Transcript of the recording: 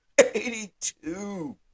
82